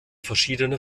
verschiedene